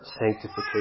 sanctification